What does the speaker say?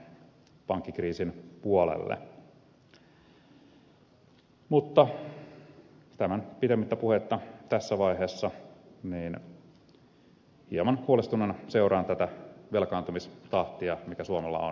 mutta tämän pidemmittä puheitta hieman huolestuneena seuraan tässä vaiheessa tätä velkaantumistahtia joka suomella on